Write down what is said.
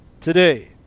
today